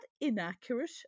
inaccurate